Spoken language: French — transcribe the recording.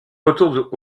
retour